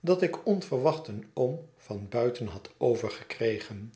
dat ik onverwacht een oom van buiten had overgekregen